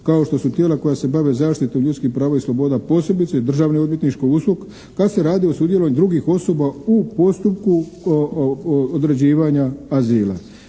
kao što su tijela koja se bave zaštitom ljudskih prava i sloboda posebice Državnog odvjetništva, USKOK kad se radi o sudjelovanju drugih osoba u postupku određivanja azila.